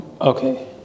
Okay